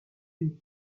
une